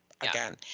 again